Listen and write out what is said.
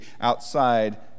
outside